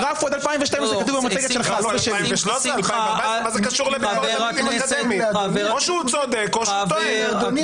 הגרף הוא על 2012 -- מה זה קשור ל --- או שהוא צודק או שהוא טועה.